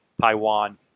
Taiwan